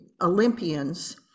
Olympians